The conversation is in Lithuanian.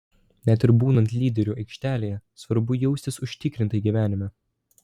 net ir būnant lyderiu aikštelėje svarbu jaustis užtikrintai gyvenime